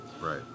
Right